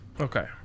okay